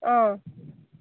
अँ